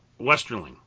Westerling